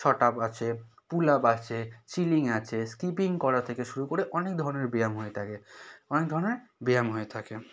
shot আপ আছে pull up আছে চিলিং আছে স্কিপিং করা থেকে শুরু করে অনেক ধরনের ব্যায়াম হয়ে থাকে অনেক ধরনের ব্যায়াম হয়ে থাকে